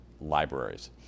libraries